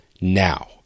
now